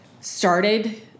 started